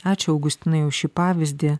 ačiū augustinui už šį pavyzdį